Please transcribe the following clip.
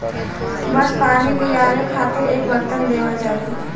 बस पानी लियावे खातिर एक बरतन देवल जाई